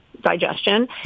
digestion